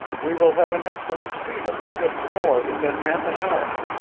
we will have an excellent suite on the fifth floor within half an hour.